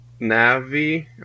Navi